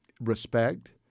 respect